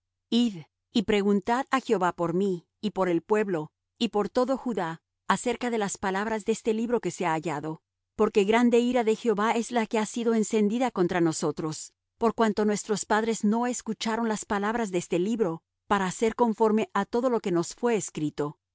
id y preguntad á jehová por mí y por el pueblo y por todo judá acerca de las palabras de este libro que se ha hallado porque grande ira de jehová es la que ha sido encendida contra nosotros por cuanto nuestros padres no escucharon las palabras de este libro para hacer conforme á todo lo que nos fué escrito